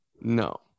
No